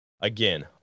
Again